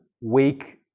weak